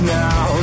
now